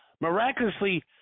miraculously